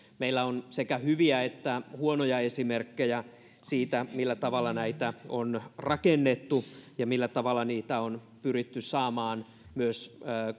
meillä on sekä hyviä että huonoja esimerkkejä siitä millä tavalla näitä on rakennettu ja millä tavalla niitä on pyritty saamaan myös